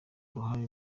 uruhare